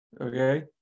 okay